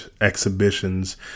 exhibitions